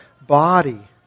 body